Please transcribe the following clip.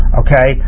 okay